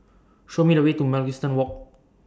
Show Me The Way to Mugliston Walk